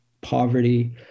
poverty